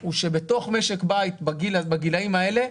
הוא שבתוך משק בית בגילים האלה,